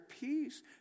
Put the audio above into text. peace